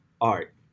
art